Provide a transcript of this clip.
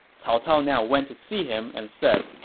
cao cao now went to see him and said,